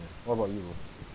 what about you